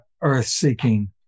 earth-seeking